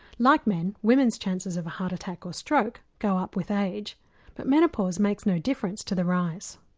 like men, women's chances of heart attack or stroke go up with age but menopause makes no difference to the rise.